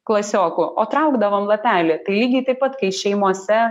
klasiokų o traukdavom lapelį tai lygiai taip pat kai šeimose